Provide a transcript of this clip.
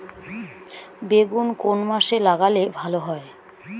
বেগুন কোন মাসে লাগালে ভালো হয়?